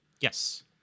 Yes